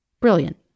Brilliant